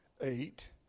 eight